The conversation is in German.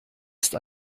ist